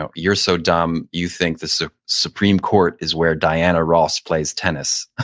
ah you're so dumb. you think the so supreme court is where diana ross plays tennis.